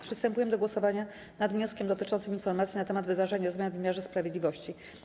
Przystępujemy do głosowania nad wnioskiem dotyczącym informacji na temat wdrażania zmian w wymiarze sprawiedliwości.